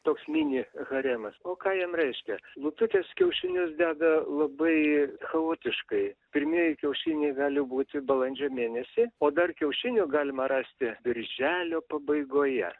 toks mini haremas o ką jam reiškia lututės kiaušinius deda labai chaotiškai pirmieji kiaušiniai gali būti balandžio mėnesį o dar kiaušinių galima rast birželio pabaigoje